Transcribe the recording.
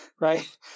right